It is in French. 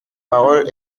parole